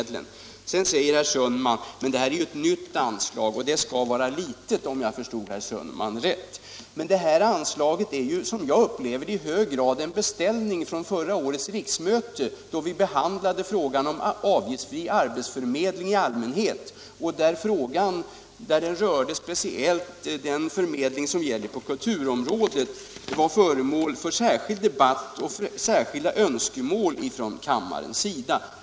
Då invände herr Sundman att det här är ett nytt anslag, och då skall det vara litet, om jag förstår honom rätt. Men anslaget är, som jag uppfattar det, i hög grad en beställning av förra årets riksmöte, då vi behandlade frågan om avgiftsfri arbetsförmedling i allmänhet och då frågan om förmedling på kulturområdet var föremål för särskild debatt och särskilda önskemål från kammarens sida.